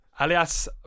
Alias